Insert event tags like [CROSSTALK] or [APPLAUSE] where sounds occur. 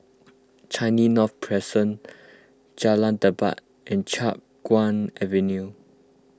Changi North Crescent Jalan [UNINTELLIGIBLE] and Chiap Guan Avenue